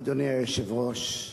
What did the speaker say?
אדוני היושב-ראש,